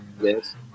Yes